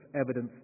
evidence